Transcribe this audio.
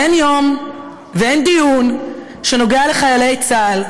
אין יום ואין דיון שנוגע בחיילי צה"ל,